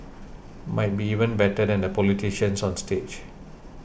might be even better than the politicians on stage